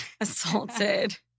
assaulted